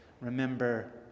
remember